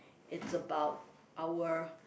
it's about our